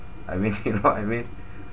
I mean you know what I mean